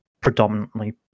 predominantly